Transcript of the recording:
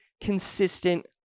consistent